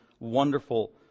wonderful